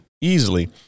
easily